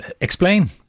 explain